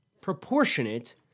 proportionate